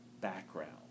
background